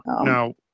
Now